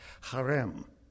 harem